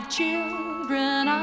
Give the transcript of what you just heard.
children